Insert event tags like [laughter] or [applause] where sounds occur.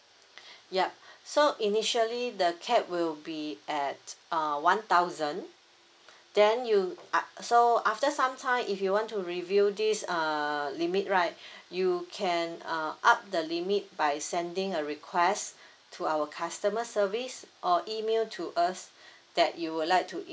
[breath] yup so initially the cap will be at uh one thousand [breath] then you so after some time if you want to review this uh limit right [breath] you can uh up the limit by sending a request to our customer service or email to us [breath] that you would like to